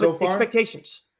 expectations